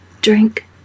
Drink